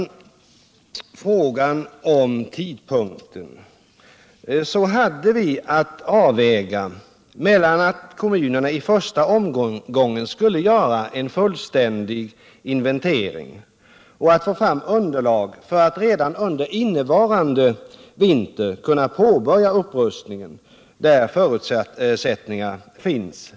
Beträffande tidpunkten hade vi att ta ställning till om kommunerna i första omgången skulle göra en fullständig inventering eller om vi skulle försöka få fram underlag för att redan under innevarande vinter kunna påbörja en upprustning där förutsättningar fanns.